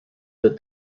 that